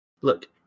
Look